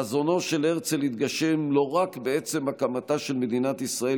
חזונו של הרצל התגשם לא רק בעצם הקמתה של מדינת ישראל